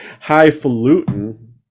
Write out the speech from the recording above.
highfalutin